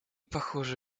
похоже